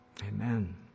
amen